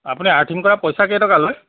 আপুনি আৰ্থিঙ কৰা পইচা কেইটকা লয়